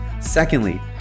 Secondly